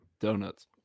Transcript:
donuts